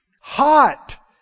hot